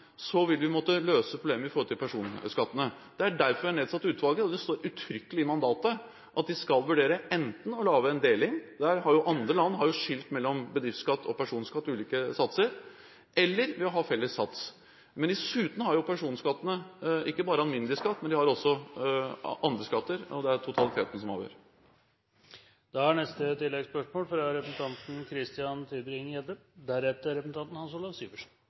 så vil man måtte løse problemer når det gjelder personskattene. Det er derfor vi har nedsatt utvalget, og det står uttrykkelig i mandatet at de skal vurdere enten å lage en deling – andre land har jo skilt mellom bedriftsskatt og personskatt, ulike satser, eller ved å ha felles sats. Dessuten har jo personskatteytere ikke hatt mindre i skatt, de har også andre skatter, og det er totaliteten som avgjør.